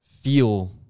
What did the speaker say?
feel